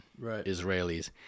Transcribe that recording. Israelis